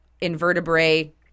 invertebrate